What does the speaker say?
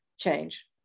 change